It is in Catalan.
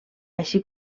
així